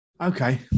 Okay